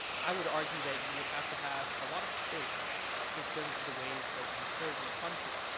i would argue that you would have to have a lot of choice in terms of the ways that you serve your country.